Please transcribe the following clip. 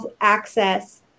access